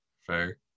fair